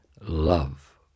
love